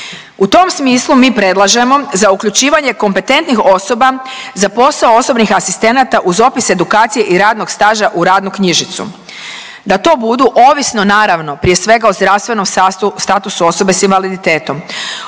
U tom smislu mi predlažemo za uključivanje kompetentnih osoba za posao osobnih asistenata uz opis edukacije i radnog staža u radnu knjižicu. Da to budu, ovisno naravno prije svega o zdravstvenom statusu osobe s invaliditetom